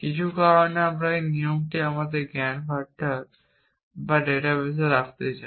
কিছু কারণে আমরা এই নিয়মটি আমাদের জ্ঞানভাণ্ডার বা ডাটাবেসে রাখতে চাই